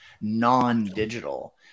non-digital